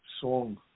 song